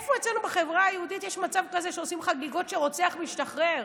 איפה אצלנו בחברה היהודית יש מצב כזה שעושים חגיגות כשרוצח משתחרר?